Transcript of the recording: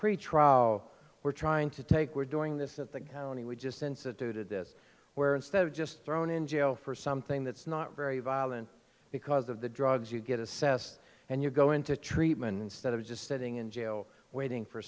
pre trial we're trying to take we're doing this at the county we just instituted this where instead of just thrown in jail for something that's not very violent because of the drugs you get assessed and you go into treatment instead of just sitting in jail waiting for